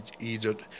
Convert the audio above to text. Egypt